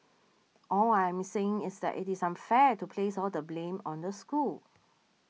all I am saying is that it is unfair to place all the blame on the school